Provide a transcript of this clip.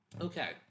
Okay